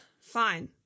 fine